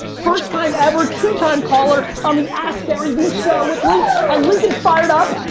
first time ever, two-time caller, on the askgaryvee show, and lincoln's fired up!